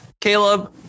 Caleb